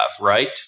right